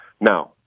Now